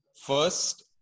First